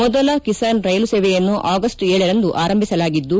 ಮೊದಲ ಕಿಸಾನ್ ರೈಲು ಸೇವೆಯನ್ನು ಆಗಸ್ಟ್ ಗರಂದು ಆರಂಭಿಸಲಾಗಿದ್ದು